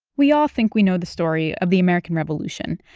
we all think we know the story of the american revolution.